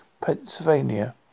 Pennsylvania